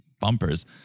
bumpers